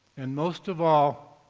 and, most of all,